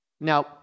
Now